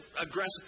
aggressive